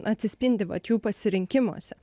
atsispindi vat jų pasirinkimuose